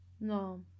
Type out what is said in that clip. No